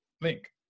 link